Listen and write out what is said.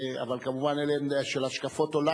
אבל אלה כמובן השקפות עולם,